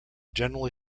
generally